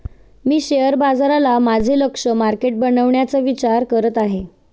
मी share बाजाराला माझे लक्ष्य मार्केट बनवण्याचा विचार करत आहे